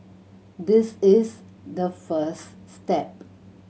this is the first step